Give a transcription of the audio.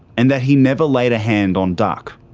and that he never laid a hand on duck.